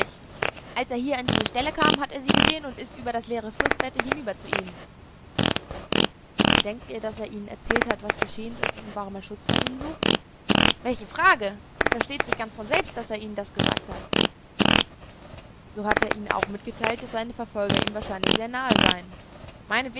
als er hier an diese stelle kam hat er sie gesehen und ist über das leere flußbette hinüber zu ihnen und denkt ihr daß er ihnen erzählt hat was geschehen ist und warum er schutz bei ihnen sucht welche frage es versteht sich ganz von selbst daß er ihnen das gesagt hat so hat er ihnen auch mitgeteilt daß seine verfolger ihm wahrscheinlich sehr nahe seien